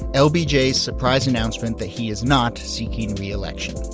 ah lbj's surprise announcement that he is not seeking re-election.